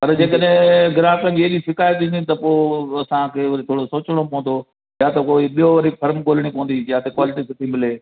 पर जेकॾहिं ग्राहकनि जी शिकायति अचे त पोइ असांखे वरी थोरो सोचणो पवंदो या त पोइ कोई ॿियो फर्म ॻोल्हणी पवंदी जाते क्वालिटी सुठी मिले